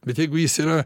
bet jeigu jis yra